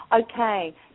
Okay